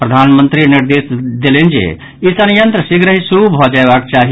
प्रधानमंत्री निर्देश देलनि जे ई संयंत्र शीघ्रहि शुरू भऽ जयबाक चाहि